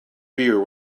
beer